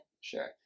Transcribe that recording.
Sure